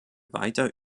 weiter